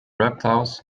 reptiles